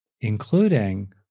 including